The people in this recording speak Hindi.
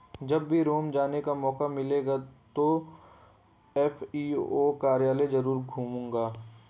जब भी रोम जाने का मौका मिलेगा तो एफ.ए.ओ कार्यालय जरूर घूमूंगा